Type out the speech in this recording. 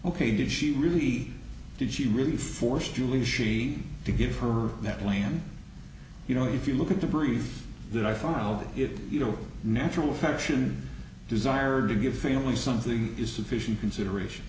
ok did she really did she really forced julie she to give her that land you know if you look at the brief that i filed it you know natural affection desire to give family something is sufficient consideration